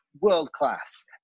world-class